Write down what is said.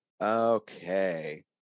Okay